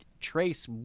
trace